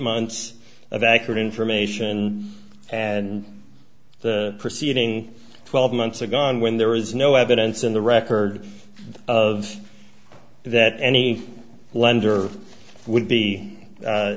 months of accurate information and the proceeding twelve months a gun when there is no evidence in the record of that any lender would be